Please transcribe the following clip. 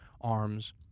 arms